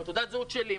עם תעודת הזהות שלי.